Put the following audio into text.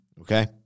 Okay